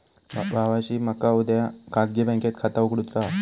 भावाशी मका उद्या खाजगी बँकेत खाता उघडुचा हा